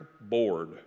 board